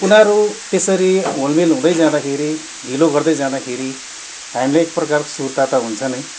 उनीहरू त्यसरी हुलमेल हुँदै जाँदाखेरि ढिलो गर्दै जाँदाखेरि हामीलाई एकप्रकारको सुर्ता त हुन्छ नै